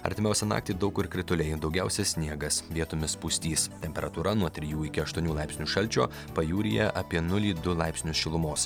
artimiausią naktį daug kur krituliai daugiausiai sniegas vietomis pustys temperatūra nuo trijų iki aštuonių laipsnių šalčio pajūryje apie nulį du laipsnius šilumos